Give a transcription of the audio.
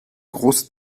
große